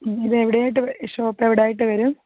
ഇതെവിടെയായിട്ട് ഷോപ്പെവിടായിട്ട് വരും